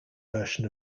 version